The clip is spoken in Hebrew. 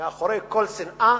מאחורי כל שנאה